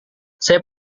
saya